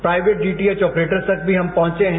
private DTH operator तक भी हम पहुंचे हैं